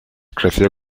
creció